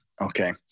okay